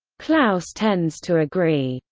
clauss tends to agree.